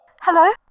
Hello